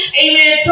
amen